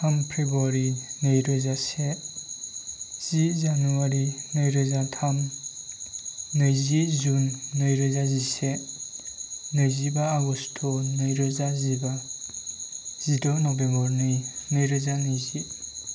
थाम फेब्रुवारि नैरोजा से जि जानुवारि नैरोजा थाम नैजि जुन नैरोजा जिसे नैजिबा आगस्त' नैरोजा जिबा जिद' नभेम्बर नैरोजा नैजि